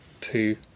Two